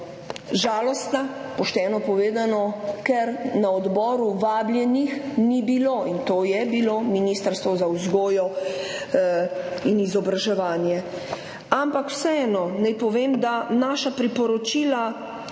žalostna, pošteno povedano, ker na odboru vabljenih ni bilo, in to je bilo ministrstvo za vzgojo in izobraževanje. Ampak vseeno naj povem, da naša priporočila,